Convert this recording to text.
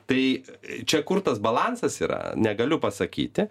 tai čia kur tas balansas yra negaliu pasakyti